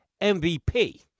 MVP